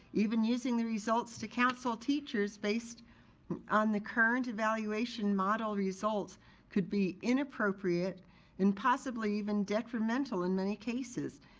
even using the results to counsel teachers based on the current evaluation model results could be inappropriate and possibly even detrimental in many cases.